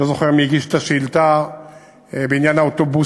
אני לא זוכר מי הגיש את השאילתה בעניין האוטובוסים,